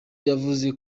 yavuze